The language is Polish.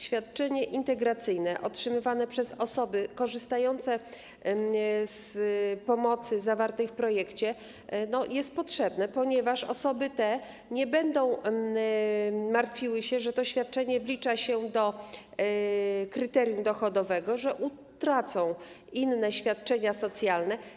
Świadczenie integracyjne otrzymywane przez osoby korzystające z pomocy zawartej w projekcie jest potrzebne, ponieważ osoby te nie będą martwiły się o to, że świadczenie wlicza się do kryterium dochodowego, przez co będą mogły utracić inne świadczenia socjalne.